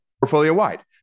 portfolio-wide